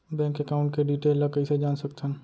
Bank account के detail ल कइसे जान सकथन?